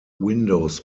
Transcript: windows